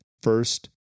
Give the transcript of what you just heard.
First